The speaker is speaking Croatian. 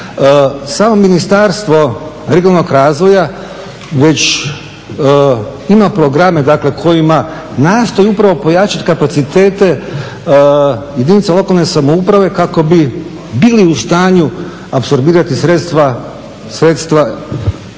Samo Ministarstvo regionalnog razvoja već ima programe, dakle kojima nastoji upravo pojačati kapacitete jedinica lokalne samouprave kako bi bili u stanju apsorbirati sredstva europskih